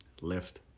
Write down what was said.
Lift